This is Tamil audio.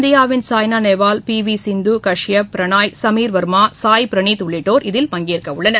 இந்தியாவின் சாய்னா நேவால் பி வி சிந்து கஷ்யப் பிரணாய் சமீர் வர்மா சாய் பிரனீத் உள்ளிட்டோர் இதில் பங்கேற்க உள்ளனர்